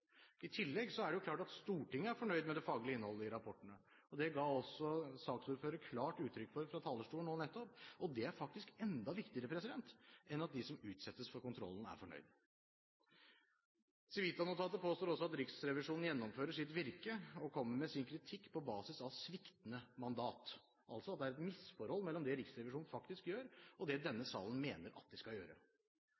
I tillegg er det klart at Stortinget er fornøyd med det faglige innholdet i rapportene. Det ga også saksordføreren klart uttrykk for fra talerstolen nå nettopp, og det er faktisk enda viktigere enn at de som utsettes for kontrollen, er fornøyde. Civita-notatet påstår også at Riksrevisjonen gjennomfører sitt virke og kommer med sin kritikk på basis av sviktende mandat, altså at det er et misforhold mellom det Riksrevisjonen faktisk gjør, og det denne